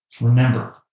Remember